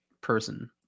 person